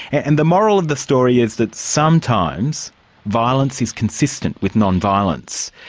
and the moral of the story is that sometimes violence is consistent with non-violence.